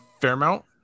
Fairmount